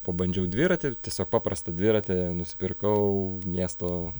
pabandžiau dviratį ir tiesiog paprastą dviratį nusipirkau miesto